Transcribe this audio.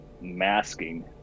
masking